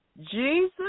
Jesus